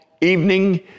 evening